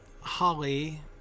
holly